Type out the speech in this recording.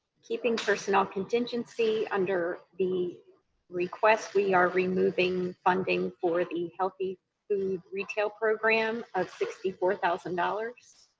keeping personnel contingency under the request, we are removing funding for the healthy food retail program of sixty four thousand dollars,